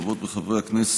חברות וחברי הכנסת,